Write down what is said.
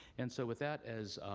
and so with that as a